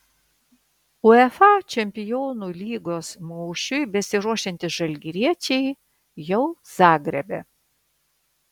uefa čempionų lygos mūšiui besiruošiantys žalgiriečiai jau zagrebe